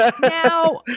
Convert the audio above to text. Now